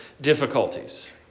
difficulties